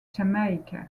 jamaica